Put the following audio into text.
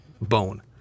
bone